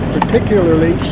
particularly